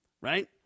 Right